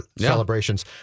celebrations